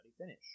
finish